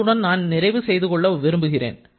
இத்துடன் நான் நிறைவு செய்துகொள்ள விரும்புகிறேன்